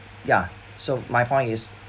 ya so my point is